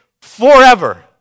forever